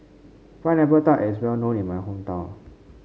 Pineapple Tart is well known in my hometown